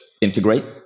integrate